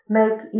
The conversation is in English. make